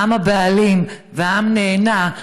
העם הבעלים והעם נהנה,